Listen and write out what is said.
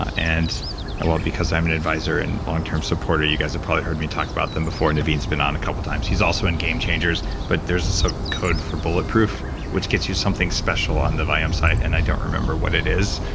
and and well because i'm an advisor and long-term supporter, you guys have probably heard me talk about them before and naveen has been on a couple times. he's also in game changers, but there's a code for bulletproof which gets you something special on the viome and i don't remember what it is.